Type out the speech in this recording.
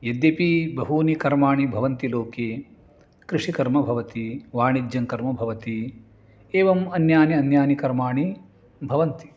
यद्यपि बहूनि कर्माणि भवन्ति लोके कृषिकर्म भवति वाणिज्यं कर्म भवति एवम् अन्यानि अन्यानि कर्माणि भवन्ति